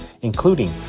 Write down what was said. including